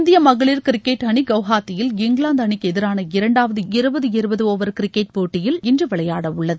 இந்திய மகளிர் கிரிக்கெட் அணி கவுஹாத்தியில் இங்கிலாந்து அணிக்கு எதிரான இரண்டாவது டுவெள்டி டுவென்டி கிரிக்கெட் போட்டியில் இன்று விளையாட உள்ளது